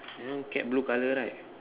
this one cat blue colour right